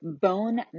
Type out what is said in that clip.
bone